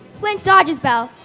flint dodges bell,